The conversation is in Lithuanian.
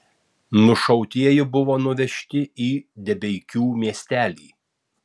nušautieji buvo nuvežti į debeikių miestelį